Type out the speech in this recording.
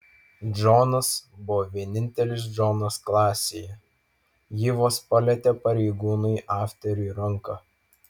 džonas buvo vienintelis džonas klasėje ji vos palietė pareigūnui afteriui ranką